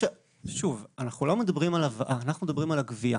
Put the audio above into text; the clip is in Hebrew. שוב, אנחנו לא מדברים על הבאה, אלא על הגבייה.